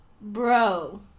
bro